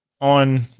on